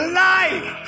life